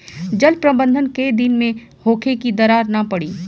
जल प्रबंधन केय दिन में होखे कि दरार न पड़ी?